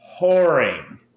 whoring